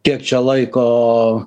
kiek čia laiko